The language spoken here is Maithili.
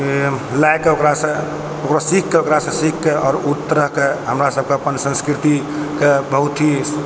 लए कऽ ओकरा सँ ओकरो सीख कऽ ओकरा सँ सीख कऽ आओर ओहि तरह हमरासबके अप्पन संस्कृति के बहुत ही